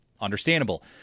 Understandable